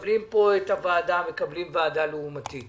שמקבלים פה את הוועדה, מקבלים ועדה לעומתית.